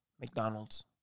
McDonald's